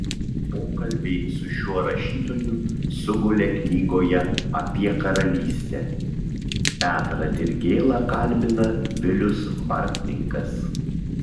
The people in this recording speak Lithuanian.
pokalbiai su šiuo rašytoju sugulė knygoje apie karalystę petrą dirgėlą kalbina vilius bartninkas